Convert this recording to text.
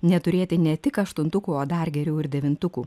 neturėti ne tik aštuntukų o dar geriau ir devintukų